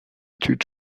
d’étude